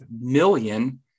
million